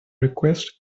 request